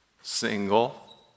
single